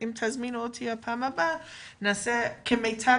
אם תזמינו אותי לפעם הבאה אנחנו נעשה כמיטב